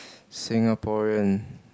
Singaporean